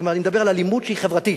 כלומר, אני מדבר על אלימות שהיא חברתית,